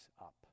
up